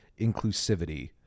inclusivity